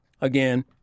Again